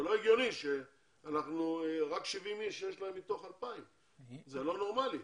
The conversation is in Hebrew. זה לא הגיוני שיש להם רק 70 אנשים מתוך 2,000. זה לא נורמלי.